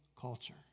culture